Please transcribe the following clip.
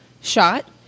Shot